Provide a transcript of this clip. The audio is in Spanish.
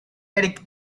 erik